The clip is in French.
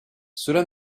cela